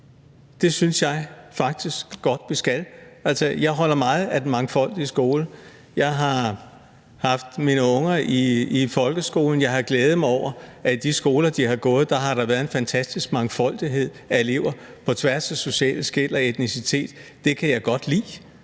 Det synes jeg faktisk vi skal. Altså, jeg holder meget af den mangfoldige skole. Jeg har haft mine unger i folkeskolen, og jeg har glædet mig over, at der i de skoler, de har gået i, har været en fantastisk mangfoldighed af elever på tværs af sociale skel og etnicitet. Det kan jeg godt lide,